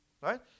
right